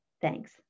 Thanks